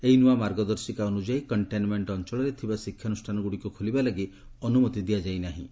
ଏହି ନୂଆ ମାର୍ଗଦର୍ଶିକା ଅନ୍ଦଯାୟୀ କଣ୍ଟେନ୍ମେଣ୍ଟ୍ ଅଞ୍ଚଳରେ ଥିବା ଶିକ୍ଷାନୁଷ୍ଠାନଗୁଡ଼ିକ ଖୋଲିବା ଲାଗି ଅନୁମତି ଦିଆଯାଇ ନାହିଁ